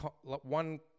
one